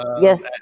yes